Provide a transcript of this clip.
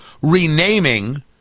renaming